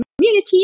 community